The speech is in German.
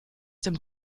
dem